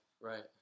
right